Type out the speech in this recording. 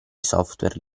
software